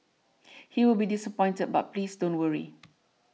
he will be disappointed but please don't worry